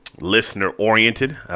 listener-oriented